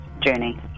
journey